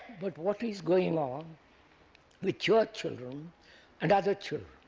but what is going on with your children and other children.